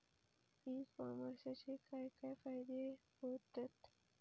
E कॉमर्सचे काय काय फायदे होतत?